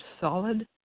solid